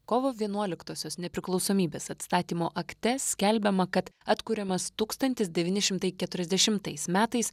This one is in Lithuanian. kovo vienuoliktosios nepriklausomybės atstatymo akte skelbiama kad atkuriamas tūkstantis devyni šimtai keturiasdešimtais metais